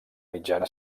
mitjana